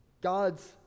God's